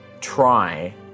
try